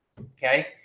Okay